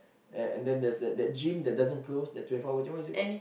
and then there's the gym that doesn't close the twenty four hours gym what is it called